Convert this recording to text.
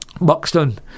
Buxton